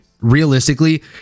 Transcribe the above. Realistically